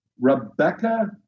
Rebecca